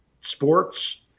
sports